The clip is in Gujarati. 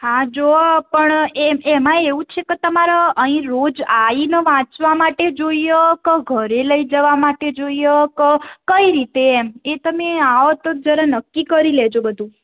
હા જોઓ પણ એમાં એવું છે કે તમારે અહીં રોજ આવીને વાંચવા માટે જોઈએ તો કે ઘરે લઈ જવા માટે જોઈએ કે કઈ રીતે એમ એ તમે આવો તો જરા નક્કી કરી લેજો બધું